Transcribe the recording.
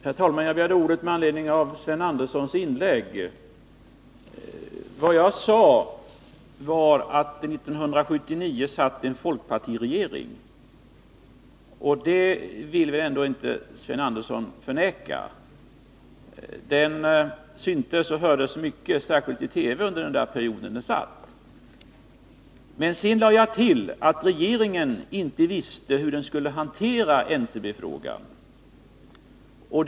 Herr talman! Jag begärde ordet med anledning av Sven Anderssons inlägg. Vad jag sade var att det år 1979 satt en folkpartiregering. Och det vill väl ändå inte Sven Andersson förneka. Den syntes och hördes mycket, särskilt i TV, under den period den satt. Men sedan lade jag till att regeringen inte visste hur den skulle hantera NCB-frågan.